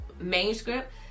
manuscript